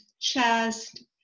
chest